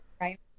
right